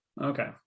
Okay